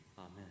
Amen